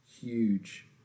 huge